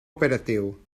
operatiu